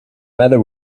matter